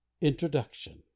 Introduction